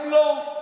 הם לא,